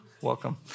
welcome